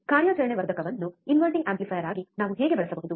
ಕಾರ್ಯಾಚರಣಾ ವರ್ಧಕವನ್ನು inverting amplifier ಆಗಿ ನಾವು ಹೇಗೆ ಬಳಸಬಹುದು